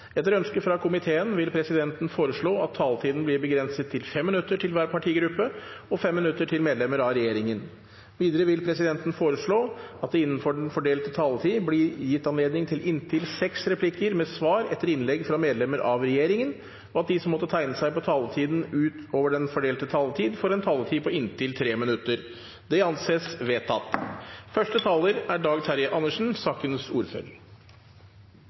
Etter ønske fra kontroll- og konstitusjonskomiteen vil presidenten foreslå at taletiden blir begrenset til 5 minutter til hver partigruppe og 5 minutter til medlemmer av regjeringen. Videre vil presidenten foreslå at det – innenfor den fordelte taletid – blir gitt anledning til inntil seks replikker med svar etter innlegg fra medlemmer av regjeringen, og at de som måtte tegne seg på talerlisten utover den fordelte taletid, får en taletid på inntil 3 minutter. – Det anses vedtatt.